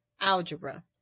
algebra